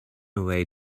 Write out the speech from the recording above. away